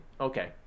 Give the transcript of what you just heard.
okay